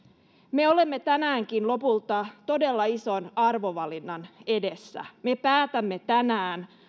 me olemme tänäänkin lopulta todella ison arvovalinnan edessä me päätämme tänään